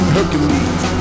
Hercules